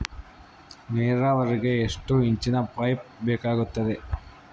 ನೇರಾವರಿಗೆ ಎಷ್ಟು ಇಂಚಿನ ಪೈಪ್ ಬೇಕಾಗುತ್ತದೆ?